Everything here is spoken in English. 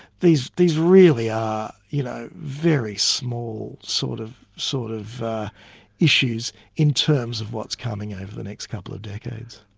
these these really are you know very small sort of sort of issues in terms of what's coming over the next couple of decades.